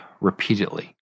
repeatedly